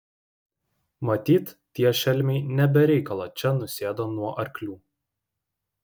matyt tie šelmiai ne be reikalo čia nusėdo nuo arklių